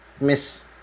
miss